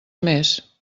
més